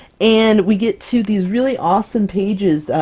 and we get to these really awesome pages!